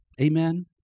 Amen